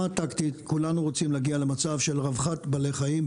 כולנו רוצים להגיע למצב של רווחת בעלי חיים,